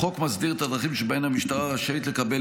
החוק מסדיר את הדרכים שבהן המשטרה רשאית לקבל